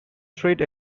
street